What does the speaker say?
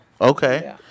Okay